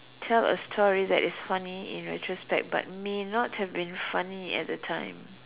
tell a story that is funny in retrospect but may not have been funny at the time